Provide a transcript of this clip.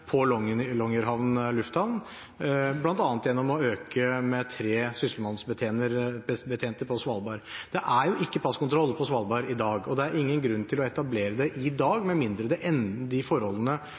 lufthavn, Longyear, bl.a. gjennom å øke med tre sysselmannsbetjenter på Svalbard. Det er ikke passkontroll på Svalbard i dag, og det er ingen grunn til å etablere det i dag,